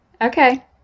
okay